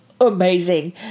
amazing